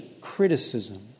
criticism